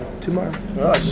tomorrow